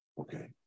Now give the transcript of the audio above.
Okay